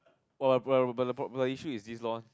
but but but the problem the issue is this lor